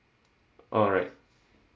alright